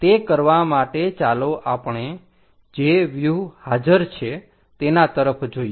તે કરવા માટે ચાલો આપણે જે વ્યુહ હાજર છે તેના તરફ જોઈએ